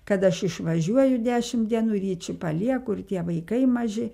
kad aš išvažiuoju dešim dienų ir jį čia palieku ir tie vaikai maži